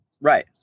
Right